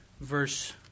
verse